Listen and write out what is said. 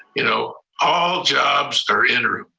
you know all jobs are interim.